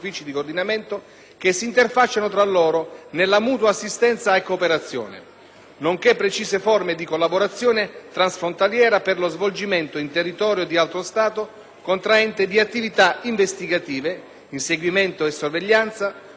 nonché precise forme di collaborazione transfrontaliera per lo svolgimento in territorio di altro Stato contraente di attività investigative (inseguimento e sorveglianza, consegne controllate, operazioni di infiltrazione, squadre investigative speciali),